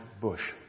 bush